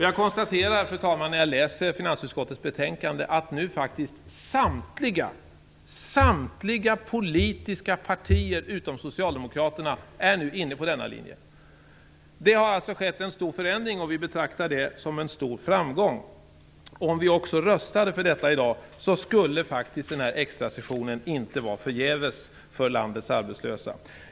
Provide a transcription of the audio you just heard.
Jag konstatera, fru talman, när jag läser finansutskottets betänkande att samtliga politiska partier utom Socialdemokraterna nu faktiskt är inne på denna linje. Det har alltså skett en stor förändring, och vi betraktar det som en stor framgång. Om vi också röstade för detta i dag skulle faktiskt den här extrasessionen inte vara förgäves för landets arbetslösa.